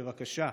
בבקשה,